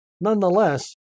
nonetheless